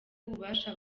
ububasha